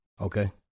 Okay